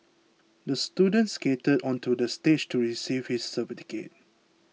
the student skated onto the stage to receive his certificate